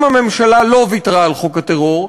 אם הממשלה לא ויתרה על חוק הטרור,